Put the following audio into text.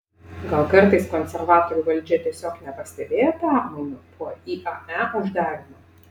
gal kartais konservatorių valdžia tiesiog nepastebėjo permainų po iae uždarymo